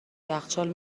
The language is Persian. یخچال